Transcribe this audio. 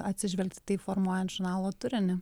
atsižvelgt į tai formuojant žurnalo turinį